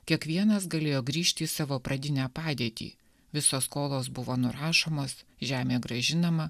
kiekvienas galėjo grįžti į savo pradinę padėtį visos skolos buvo nurašomos žemė grąžinama